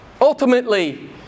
Ultimately